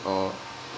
or